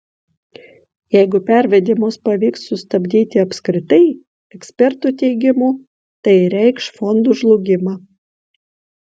jeigu pervedimus pavyks sustabdyti apskritai ekspertų teigimu tai reikš fondų žlugimą